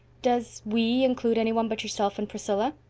does we include any one but yourself and priscilla?